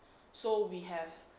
so we have